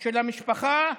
של המשפחה,